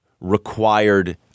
required